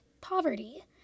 poverty